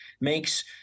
makes